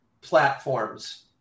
platforms